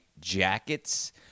jackets